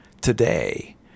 today